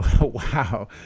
Wow